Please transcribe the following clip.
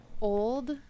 old